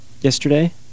yesterday